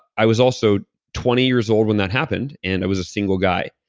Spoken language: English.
i was also twenty years old when that happened and i was a single guy.